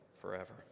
forever